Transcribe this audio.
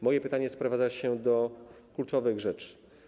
Moje pytanie sprowadza się do kluczowych rzeczy.